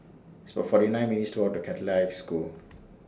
It's about forty nine minutes' to Walk to Catholic High School